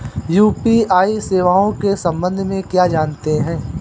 UPI सेवाओं के संबंध में क्या जानते हैं?